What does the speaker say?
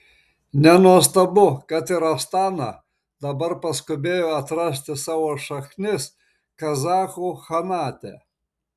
nenuostabu kad ir astana dabar paskubėjo atrasti savo šaknis kazachų chanate